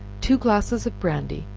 two glasses of brandy,